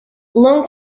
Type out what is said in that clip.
long